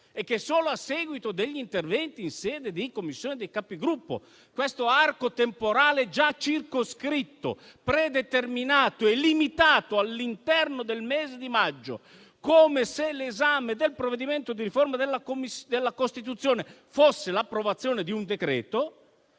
Solo a seguito degli interventi in sede di Conferenza dei Capigruppo questo arco temporale, già circoscritto e predeterminato, è limitato all'interno del mese di maggio, come se l'esame del provvedimento di riforma della Costituzione fosse l'approvazione di un decreto.